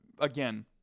again